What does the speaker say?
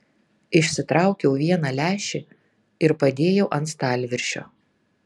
išsitraukiau vieną lęšį ir padėjau ant stalviršio